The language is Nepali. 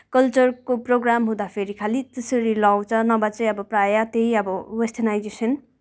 कल्चरको प्रोग्राम हुँदाफेरि खाली त्यसरी लाउँछ नभए चाहिँ प्रायः अब त्यही अब वेस्टर्नाइजेसन